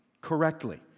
correctly